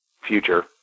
future